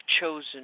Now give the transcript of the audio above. chosen